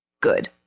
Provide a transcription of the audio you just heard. good